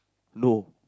no